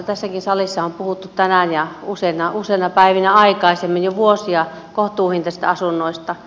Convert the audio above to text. tässäkin salissa on puhuttu tänään ja useina päivinä aikaisemmin jo vuosia kohtuuhintaisista asunnoista